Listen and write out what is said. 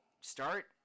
start